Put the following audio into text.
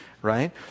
Right